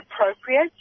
appropriate